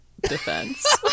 defense